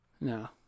no